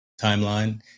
timeline